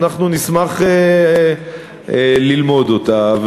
נשמח ללמוד אותה,